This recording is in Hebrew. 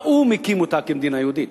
האו"ם הקים אותה כמדינה יהודית.